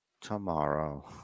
tomorrow